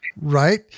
Right